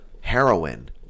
heroin